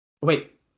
Wait